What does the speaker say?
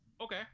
Okay